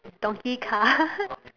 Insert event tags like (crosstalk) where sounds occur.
donkey cards (laughs)